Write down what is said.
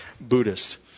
Buddhist